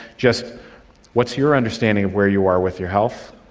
just what's your understanding of where you are with your health,